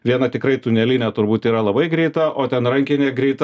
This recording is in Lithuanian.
tikrai tunelinė turbūt yra labai greita o ten rankinė greita nu